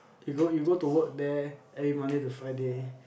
you go you go to work there every Monday to Friday